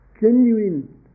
genuine